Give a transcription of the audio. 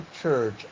church